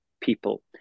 people